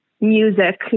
music